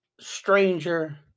stranger